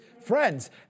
friends